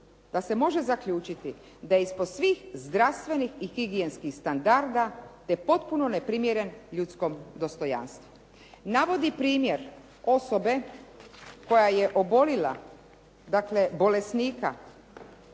da se može zaključiti da je ispod svih zdravstvenih i higijenskih standarda te potpuno neprimjeren ljudskom dostojanstvu. Navodi primjer osobe koja je oboljela, dakle bolesnika